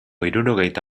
hirurogeita